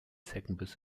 zeckenbiss